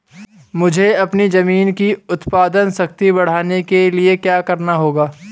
मुझे अपनी ज़मीन की उत्पादन शक्ति बढ़ाने के लिए क्या करना होगा?